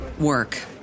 work